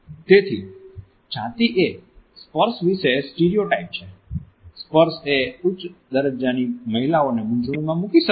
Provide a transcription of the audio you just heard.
તેથી જાતિ એ સ્પર્શ વિશે સ્ટીરિયોટાઇપ છે સ્પર્શ એ ઉચ્ચ દરજ્જાની મહિલાઓને મૂંઝવણમાં મૂકી શકે છે